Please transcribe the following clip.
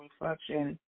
reflection